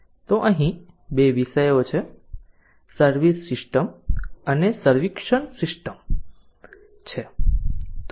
તો અહીં 2 વિષયો છે સર્વિસ સિસ્ટમ અને સર્વિક્શન સિસ્ટમ છે